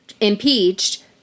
impeached